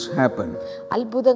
happen